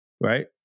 Right